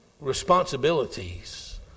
responsibilities